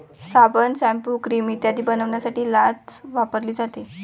साबण, shampoo, cream इत्यादी बनवण्यासाठी लाच वापरली जाते